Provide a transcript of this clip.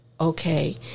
okay